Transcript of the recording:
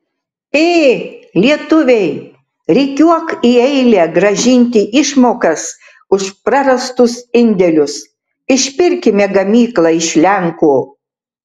ė lietuviai rikiuok į eilę grąžinti išmokas už prarastus indėlius išpirkime gamyklą iš lenkų